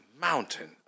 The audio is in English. mountain